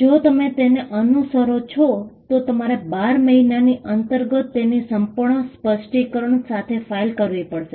જો તમે તેને અનુસરો છો તો તમારે 12 મહિનાની અંતર્ગત તેના સંપૂર્ણ સ્પષ્ટીકરણ સાથે ફાઇલ કરવી પડશે